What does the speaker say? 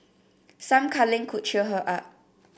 some cuddling could cheer her up